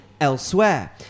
Elsewhere